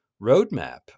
roadmap